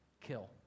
kill